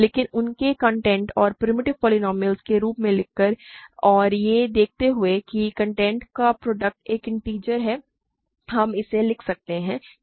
लेकिन उन्हें उनके कॉन्टेंट और प्रिमिटिव पोलीनोमिअलस के रूप में लिखकर और यह देखते हुए कि कॉन्टेंट का प्रोडक्ट एक इन्टिजर है हम इसे लिख सकते हैं